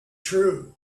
true